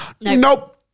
Nope